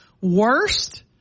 worst